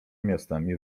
miastami